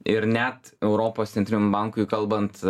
ir net europos centriniam bankui kalbant